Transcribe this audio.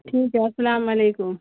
ٹھیک ہے السلام علیکم